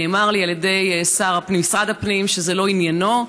נאמר לי על ידי משרד הפנים שזה לא עניינו,